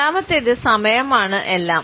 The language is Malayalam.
രണ്ടാമത്തേത് സമയമാണ് എല്ലാം